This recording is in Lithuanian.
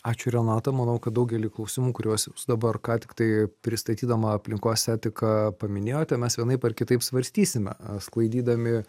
ačiū renata manau kad daugelį klausimų kuriuos jūs dabar ką tiktai pristatydama aplinkos etiką paminėjote mes vienaip ar kitaip svarstysime sklaidydami